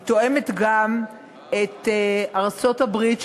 הוא תואם גם את ההגנה בארצות-הברית,